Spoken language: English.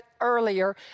earlier